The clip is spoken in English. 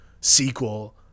sequel